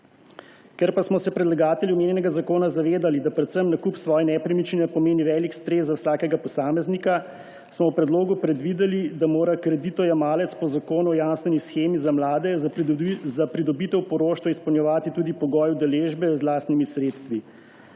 Ker pa smo se predlagatelji omenjenega zakona zavedali, da predvsem nakup svoje nepremičnine pomeni velik stres za vsakega posameznika, smo v predlogu predvideli, da mora kreditojemalec po zakonu o jamstveni shemi za mlade za pridobitev poroštva izpolnjevati tudi pogoj udeležbe z lastnimi sredstvi,